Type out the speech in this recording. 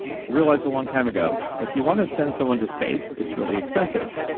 realized a long time ago, if you want to send someone to space, it's really expensive,